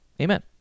Amen